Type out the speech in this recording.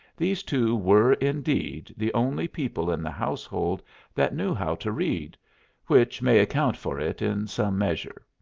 these two were, indeed, the only people in the household that knew how to read which may account for it in some measure.